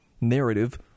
narrative